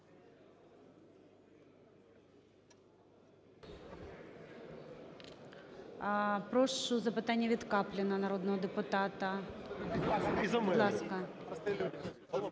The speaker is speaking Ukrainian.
Прошу, запитання від Капліна, народного депутата.